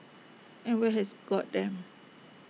and where has IT got them